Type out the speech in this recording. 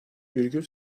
virgül